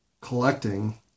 collecting